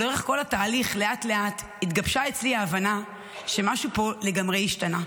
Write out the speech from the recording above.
לאורך כל התהליך לאט-לאט התגבשה אצלי ההבנה שמשהו פה לגמרי השתנה.